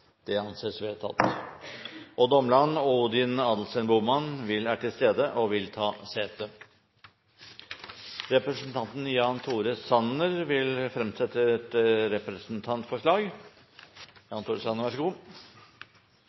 Omland og Odin Adelsten Bohmann er til stede og vil ta sete. Representanten Jan Tore Sanner vil fremsette et representantforslag.